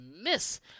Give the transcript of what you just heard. Miss